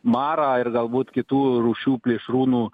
marą ir galbūt kitų rūšių plėšrūnų